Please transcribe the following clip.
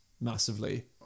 Massively